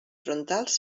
frontals